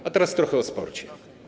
A teraz trochę o sporcie.